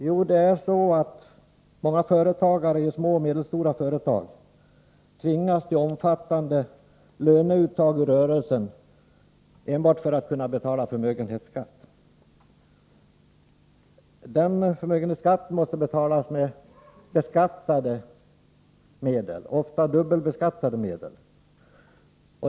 Jo, många företagare i små och medelstora företag tvingas till omfattande löneuttag ur rörelsen enbart för att betala förmögenhetsskatt. Den förmögenhetsskatten måste betalas med beskattade medel, ofta dubbelbeskattade medel.